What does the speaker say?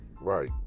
Right